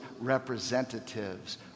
representatives